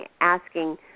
asking